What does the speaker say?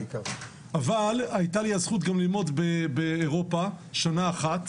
אבל היתה לי הזכות ללמוד באירופה שנה אחת,